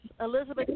Elizabeth